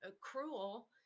cruel